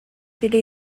billy